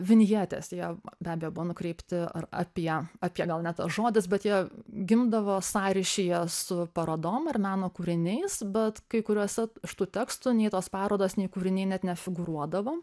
vinjetės jie be abejo buvo nukreipti ar apie apie gal ne tas žodis bet jie gimdavo sąryšyje su parodom ar meno kūriniais bet kai kuriuose iš tų tekstų nei tos parodos nei kūriniai net nefigūruodavo